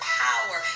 power